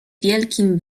wielkim